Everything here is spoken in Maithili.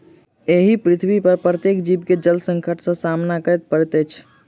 एहि पृथ्वीपर प्रत्येक जीव के जल संकट सॅ सामना करय पड़ैत छै